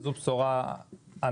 זו בשורה ענקית.